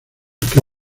que